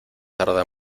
tarda